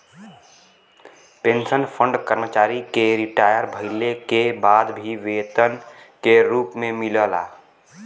pension fund कर्मचारी के retire भइले के बाद भी वेतन के रूप में मिलला